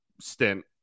stint